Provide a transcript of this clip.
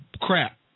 crap